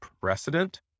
precedent